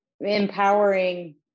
empowering